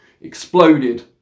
Exploded